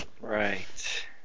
Right